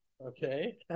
Okay